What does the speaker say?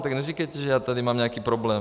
Tak neříkejte, že já tady mám nějaký problém.